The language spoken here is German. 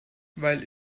weil